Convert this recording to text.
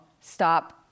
stop